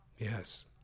Yes